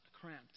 cramped